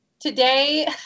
Today